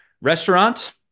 Restaurant